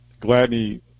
Gladney